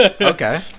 okay